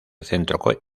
centro